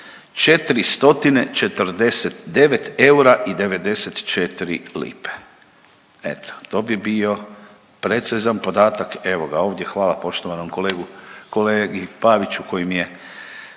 i 94 lipe. Eto, to bi bio precizan podatak, evo ga ovdje, hvala poštovanom kolegu, kolegi Paviću koji mi je